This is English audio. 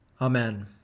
Amen